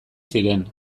ziren